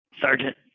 Sergeant